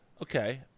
Okay